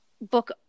book